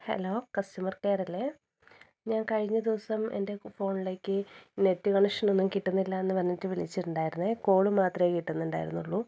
hello customer care അല്ലേ ഞാൻ കഴിഞ്ഞ ദിവസം എൻ്റെ ഫോണിലേക്ക് നെറ്റ് കണക്ഷനൊന്നും കിട്ടുന്നില്ലാന്ന് പറഞ്ഞിട്ട് വിളിച്ചിട്ടുണ്ടായിരുന്നേ കോള് മാത്രമേ കിട്ടുന്നുണ്ടായിരുന്നുള്ളൂ